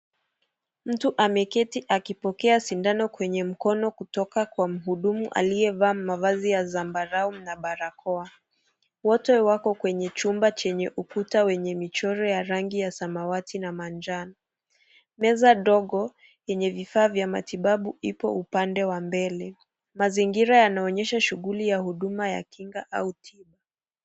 Mtu ameketi akipokea sindano kwenye mkono kutoka kwenye mhudumu aliyevaa mavazi ya zambarau na barakoa. Wote wako kwenye chumba chenye ukuta wenye michoro ya rangi ya samawati na manjano. Meza ndogo yenye vifaa vya matibabu ipo upande wa mbele. Mazingira yanaonyesha shughuli ya huduma ya kinga au tiba.